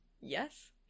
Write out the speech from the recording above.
Yes